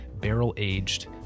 barrel-aged